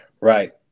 Right